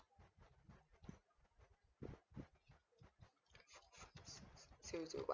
zero zero one